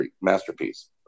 masterpiece